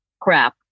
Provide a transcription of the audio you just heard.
crap